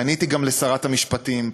פניתי גם לשרת המשפטים,